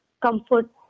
comfort